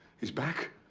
he's back?